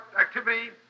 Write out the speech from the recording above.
activity